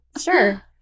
sure